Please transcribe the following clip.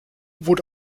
wurde